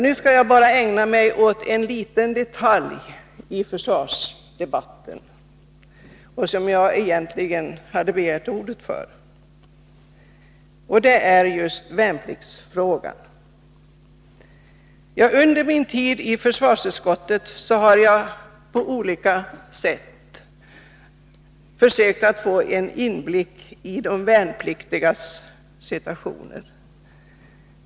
Nu skall jag bara ägna mig åt en liten detalj i försvarsdebatten, som jag egentligen begärde ordet för, nämligen värnpliktsfrågan. Under min tid i försvarsutskottet har jag på olika sätt försökt att få en inblick i de värnpliktigas situation.